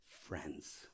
friends